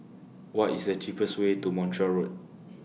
What IS The cheapest Way to Montreal Road